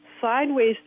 sideways